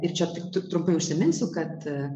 ir čia tik trumpai užsiminsiu kad